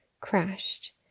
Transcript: crashed